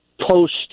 post